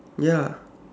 ya